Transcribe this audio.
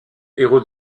héros